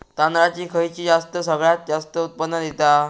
तांदळाची खयची जात सगळयात जास्त उत्पन्न दिता?